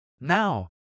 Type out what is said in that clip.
Now